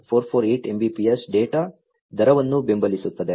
448 Mbps data ದರವನ್ನು ಬೆಂಬಲಿಸುತ್ತದೆ